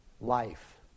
life